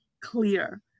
clear